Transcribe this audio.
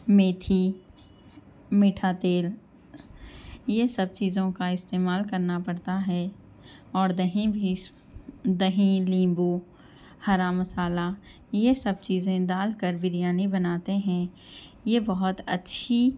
میتھی میٹھا تیل یہ سب چیزوں کا استعمال کرنا پڑتا ہے اور دہی بھی دہی نیمبو ہرا مصالحہ یہ سب چیزیں ڈال کر بریانی بناتے ہیں یہ بہت اچّھی